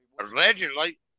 allegedly